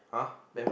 !huh!